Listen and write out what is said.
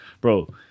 Bro